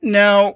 now